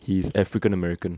he's african american